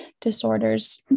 disorders